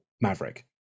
Maverick